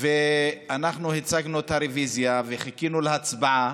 אנחנו הצגנו את הרוויזיה וחיכינו להצבעה,